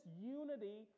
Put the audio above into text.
unity